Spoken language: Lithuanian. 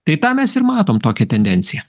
tai tą mes ir matom tokią tendenciją